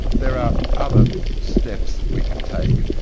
there are other steps we can take.